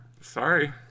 Sorry